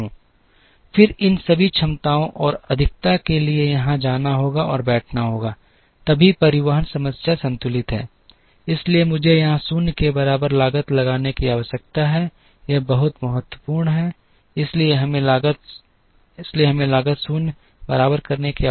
फिर इन सभी क्षमताओं और अधिकता के लिए यहां जाना होगा और बैठना होगा तभी परिवहन समस्या संतुलित है इसलिए मुझे यहां 0 के बराबर लागत लगाने की आवश्यकता है यह बहुत महत्वपूर्ण है इसलिए हमें लागत 0 बराबर करने की आवश्यकता है